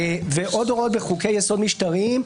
ועוד הוראות בחוקי יסוד משטריים.